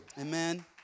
Amen